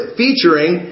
featuring